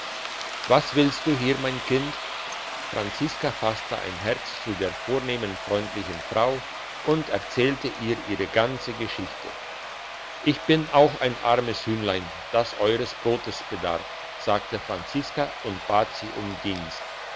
was willst du hier mein kind franziska fasste ein herz zu der vornehmen freundlichen frau und erzählte ihr ihre ganze geschichte ich bin auch ein armes hühnlein das eures brotes bedarf sagte franziska und bat sie um dienst